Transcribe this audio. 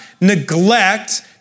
neglect